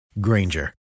Granger